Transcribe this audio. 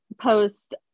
post